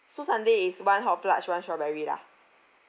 so sundae is one hot fudge one strawberry lah